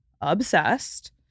Obsessed